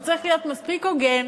הוא צריך להיות מספיק הוגן,